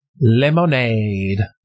Lemonade